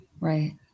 Right